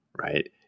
right